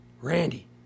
Randy